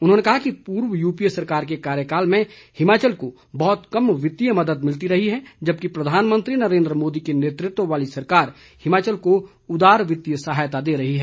उन्होंने कहा कि पूर्व यूपीए सरकार के कार्यकाल में हिमाचल को बहुत कम वित्तीय मदद मिलती रही है जबकि प्रधानमंत्री नरेंद्र मोदी के नेतृत्व वाली सरकार हिमाचल को उदार वित्तीय सहायता दे रही है